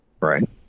right